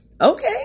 Okay